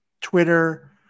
Twitter